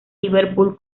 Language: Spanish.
liverpool